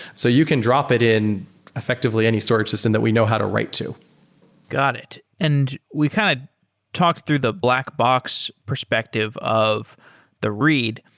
so you can drop it in effectively any storage system that we know how to write to got it. and we kind of talked through the black box perspective of the read,